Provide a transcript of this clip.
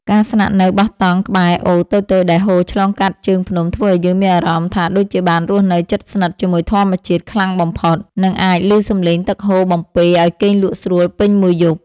ការស្នាក់នៅបោះតង់ក្បែរអូរតូចៗដែលហូរឆ្លងកាត់ជើងភ្នំធ្វើឱ្យយើងមានអារម្មណ៍ថាដូចជាបានរស់នៅជិតស្និទ្ធជាមួយធម្មជាតិខ្លាំងបំផុត និង អាចឮសំឡេងទឹកហូរបំពេរឱ្យគេងលក់ស្រួលពេញមួយយប់។